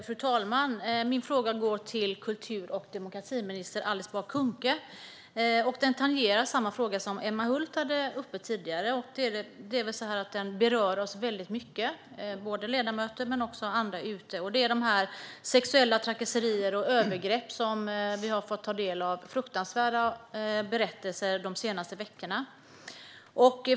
Fru talman! Min fråga går till kultur och demokratiminister Alice Bah Kuhnke. Frågan tangerar samma fråga som Emma Hult ställde tidigare, och den berör oss mycket, både ledamöter och andra. Det gäller de sexuella trakasserier och övergrepp - fruktansvärda berättelser - som vi har fått ta del av de senaste veckorna.